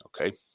okay